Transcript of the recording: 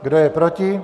Kdo je proti?